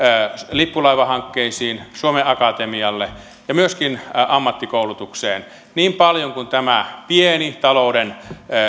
lippulaivahankkeisiin suomen akatemialle ja myöskin ammattikoulutukseen niin paljon kuin tämä pieni talouden